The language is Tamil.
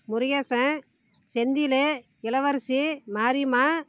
முருகேசன் செந்தில் இளவரசி மாரியம்மாள்